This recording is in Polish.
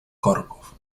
korków